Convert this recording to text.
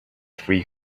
three